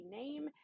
name